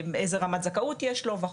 איזו רמת זכאות יש לו וכולי.